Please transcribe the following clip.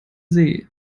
see